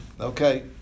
okay